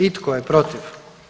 I tko je protiv?